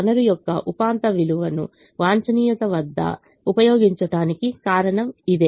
వనరు యొక్క ఉపాంత విలువను వాంఛనీయ వద్ద ఉపయోగించటానికి కారణం ఇదే